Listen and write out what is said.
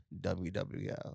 WWL